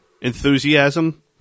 enthusiasm